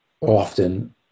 often